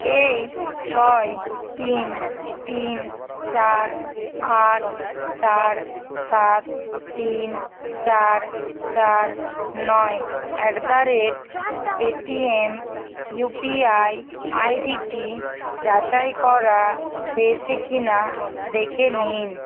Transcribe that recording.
এই ছয় তিন তিন চার আট চার সাত তিন চার চার নয় at the rate Paytm UPI আইডিটি যাচাই করা হয়েছে কি না দেখে নিন